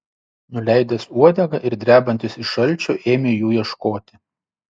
nuleidęs uodegą ir drebantis iš šalčio ėmė jų ieškoti